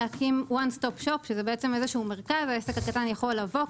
להקים מרכז העסק הקטן יכול לבוא,